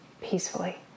peacefully